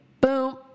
boom